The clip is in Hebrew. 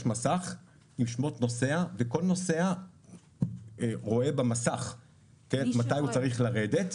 יש מסך עם שמות הנוסעים וכל נוסע רואה במסך מתי הוא צריך לרדת.